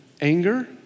Anger